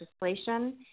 legislation